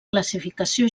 classificació